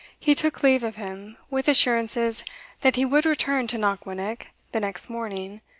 he took leave of him, with assurances that he would return to knockwinnock the next morning,